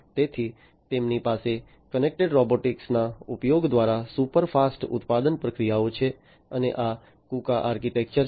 તેથી તેમની પાસે કનેક્ટેડ રોબોટિક્સના ઉપયોગ દ્વારા સુપર ફાસ્ટ ઉત્પાદન પ્રક્રિયાઓ છે અને આ kuka આર્કિટેક્ચર છે